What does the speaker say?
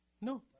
No